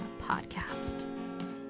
Podcast